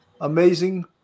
amazing